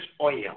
oil